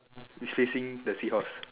is facing the seahorse